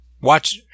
watch